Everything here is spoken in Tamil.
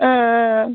ஆ ஆ ஆ